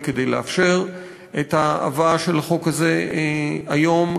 כדי לאפשר את ההבאה של החוק הזה היום,